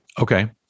Okay